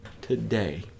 today